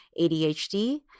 ADHD